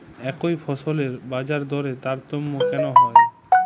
একই ফসলের বাজারদরে তারতম্য কেন হয়?